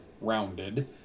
rounded